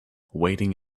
waiting